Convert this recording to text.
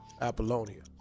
Apollonia